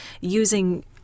using